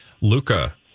Luca